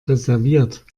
reserviert